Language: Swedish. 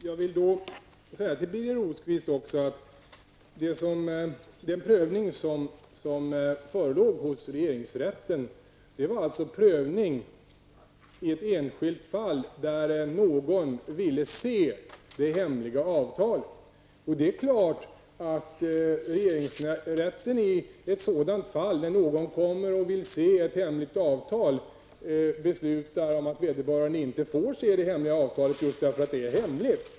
Fru talman! Jag vill säga till Birger Rosqvist att den prövning som gjordes hos regeringsrätten var en prövning i ett enskilt fall på grund av att någon ville se det hemliga avtalet. Det är självklart att regeringsrätten i ett sådant fall beslutar att vederbörande inte får se avtalet, just därför att det är hemligt.